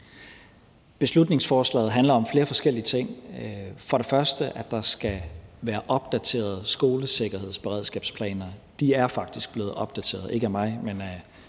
Beslutningsforslaget handler om flere forskellige ting. For det første handler det om, at der skal være opdaterede skolesikkerhedsberedskabsplaner. De er faktisk blevet opdateret, ikke af mig, men af